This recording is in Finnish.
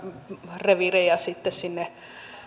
reviirejä sitten sinne